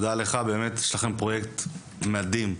תודה לך, יש לכם פרויקט מדהים.